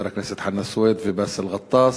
חברי הכנסת חנא סוייד ובאסל גטאס,